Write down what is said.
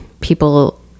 people